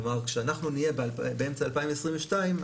כלומר שאנחנו נהיה באמצע 2022,